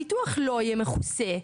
הביטוח לא יהיה מכוסה,